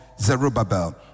Zerubbabel